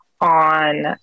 on